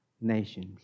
nations